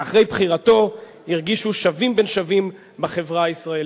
ואחרי בחירתו הרגישו שווים בין שווים בחברה הישראלית.